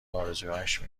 آرزوهایشان